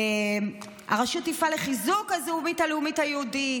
הרשות תפעל לחיזוק הזהות הלאומית היהודית,